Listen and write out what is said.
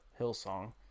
Hillsong